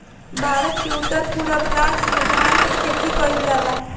भारत के उत्तर पूरब राज में धान के खेती कईल जाला